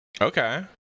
okay